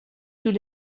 tous